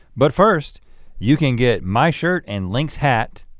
but first you can get my shirt and link's hat,